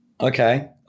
Okay